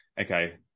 okay